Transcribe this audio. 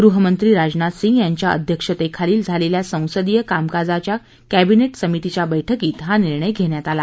गृहमंत्री राजनाथ सिंग यांच्या अध्यक्षतेखाली झालेल्या संसदीय कामकाजावरील कॅबिनेट समितीच्या बैठकीत हा निर्णय घेण्यात आला